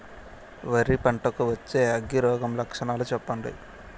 వరి పంట కు వచ్చే అగ్గి రోగం లక్షణాలు చెప్పండి?